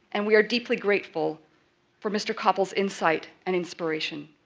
and we are deeply grateful for mr. koppel's insight and inspiration.